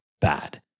bad